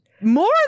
More